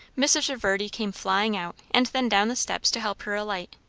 mrs. reverdy came flying out and then down the steps to help her alight.